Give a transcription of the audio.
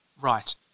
right